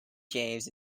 james